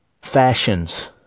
fashions